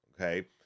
okay